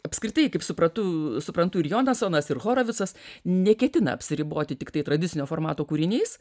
apskritai kaip suprantu suprantu ir jonasonas ir horovicas neketina apsiriboti tiktai tradicinio formato kūriniais